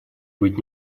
быть